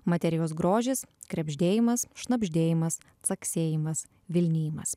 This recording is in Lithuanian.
materijos grožis krebždėjimas šnabždėjimas caksėjimas vilnijimas